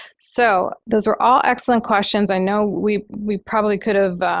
so those are all excellent questions. i know we we probably could have